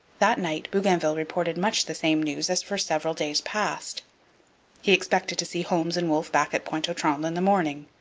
that night bougainville reported much the same news as for several days past he expected to see holmes and wolfe back at pointe aux trembles in the morning.